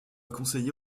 conseiller